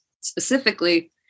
specifically